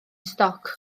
stoc